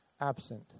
absent